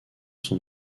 son